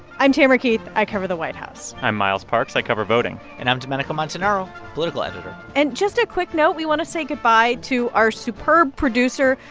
i'm tamara keith. i cover the white house i'm miles parks. i cover voting and i'm domenico montanaro, political editor and just a quick note, we want to say goodbye to our superb producer,